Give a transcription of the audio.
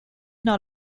not